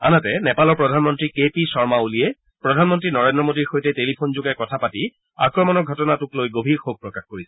আনহাতে নেপালৰ প্ৰধানমন্ত্ৰী কে পি শৰ্মা অলিয়ে প্ৰধানমন্ত্ৰী নৰেন্দ্ৰ মোদীৰ সৈতে টেলিফোনযোগে কথা পাতি আক্ৰমণৰ ঘটনাটোক লৈ গভীৰ শোকপ্ৰকাশ কৰিছে